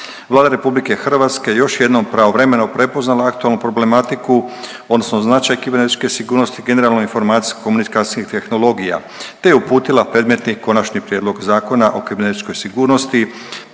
Vlada RH još jednom pravovremeno prepoznala aktualnu problematiku, odnosno značaj kibernetičke sigurnosti, generalnu informacijsko komunikacijskih tehnologija te uputila predmetni i konačni prijedlog Zakona o kibernetičkoj sigurnosti